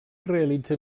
realitza